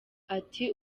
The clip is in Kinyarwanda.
ati